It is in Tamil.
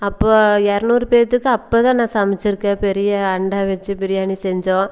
அப்போ இரனூறு பேர்த்துக்கு அப்போ தான் நான் சமைச்சுருக்கேன் பெரிய அண்டா வச்சு பிரியாணி செஞ்சோம்